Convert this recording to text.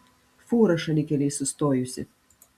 fūra šalikelėj sustojusi